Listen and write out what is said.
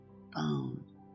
bone